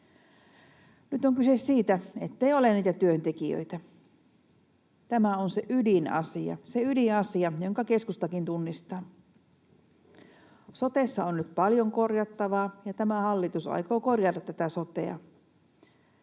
Nyt on kyse siitä, ettei ole niitä työntekijöitä. Tämä on se ydinasia, se ydinasia, jonka keskustakin tunnistaa. Sotessa on nyt paljon korjattavaa, ja tämä hallitus aikoo korjata tätä sotea.